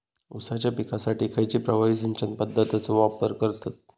ऊसाच्या पिकासाठी खैयची प्रभावी सिंचन पद्धताचो वापर करतत?